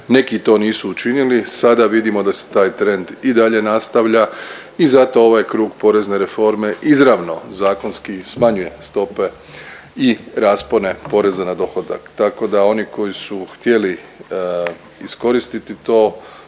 neki to nisu učinili, sada vidimo da se taj trend i dalje nastavlja i zato ovaj krug porezne reforme izravno zakonski smanjuje stope i raspone poreza na dohodak. Tako da oni koji su htjeli iskoristiti to,